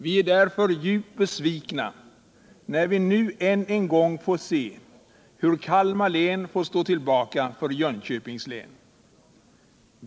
Vi är därför djupt besvikna när vi nu än en gång får se hur Kalmar län ställs tillbaka för Jönköpings län.